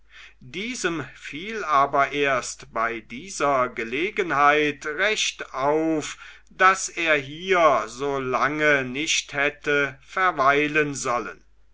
diesem fiel aber erst bei dieser gelegenheit recht auf daß er hier so lange nicht hätte verweilen sollen